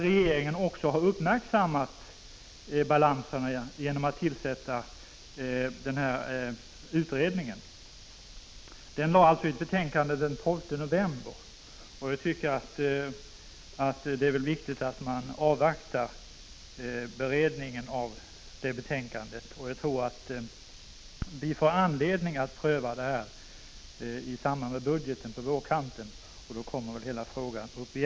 Regeringen har ju tillsatt en utredning, som lade fram sitt betänkande den 12 november. Jag anser att det är viktigt att avvakta beredningen av detta betänkande. Jag tror att vi i samband med budgetarbetet fram på vårkanten får anledning att göra en ny prövning av arbetssituationen på försäkringskassorna.